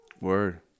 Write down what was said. Word